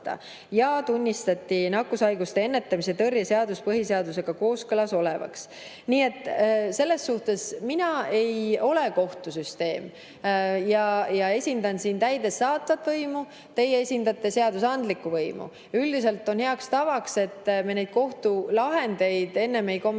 ja tunnistati nakkushaiguste ennetamise ja tõrje seadus põhiseadusega kooskõlas olevaks. Nii et selles suhtes mina ei ole kohtusüsteem ja esindan siin täidesaatvat võimu, teie esindate seadusandlikku võimu. Üldiselt on heaks tavaks, et me kohtulahendeid ei kommenteeri